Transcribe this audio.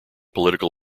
political